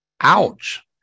Ouch